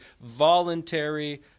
voluntary